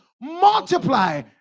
multiply